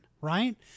right